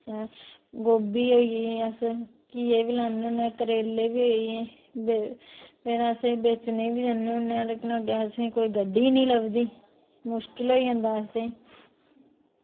ऐं गोभी होइया जियां अस घीए बी लान्ने होन्ने करेले होई गे फिर अस इनेंगी बेचने गी बी जन्ने होन्ने आं पर असेंगी कोई गड्डी निं लभदी मुस्कल होई जंदा असें